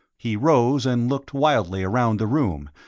he rose and looked wildly around the room,